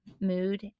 mood